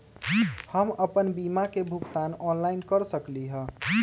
हम अपन बीमा के भुगतान ऑनलाइन कर सकली ह?